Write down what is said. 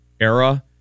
era